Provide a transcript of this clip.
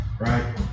Right